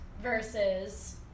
versus